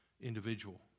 individual